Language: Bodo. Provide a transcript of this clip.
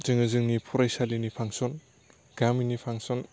जोङो जोंनि फरायसालिनि फांसन गामिनि फांसन